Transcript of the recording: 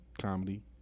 comedy